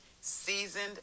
seasoned